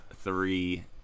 three